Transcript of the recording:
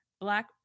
Black